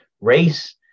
race